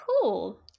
Cool